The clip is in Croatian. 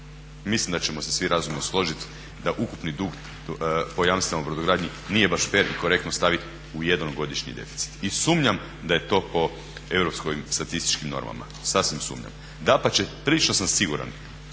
mislim da ćemo se svi razumno složiti da ukupni dug po jamstvima u brodogradnji nije baš fer i korektno staviti u jednogodišnji deficit. I sumnjam da je to po europskim statističkim normama. Sasvim sumnjam. Dapače, prilično sam siguran